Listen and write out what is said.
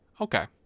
Okay